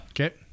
okay